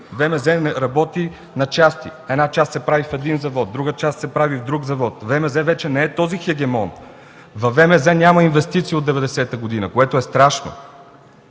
ВМЗ работи на части. Една част се прави в един завод, друга част се прави в друг завод. ВМЗ вече не е този хегемон. В него вече няма инвестиции от 1990 г., което е страшно.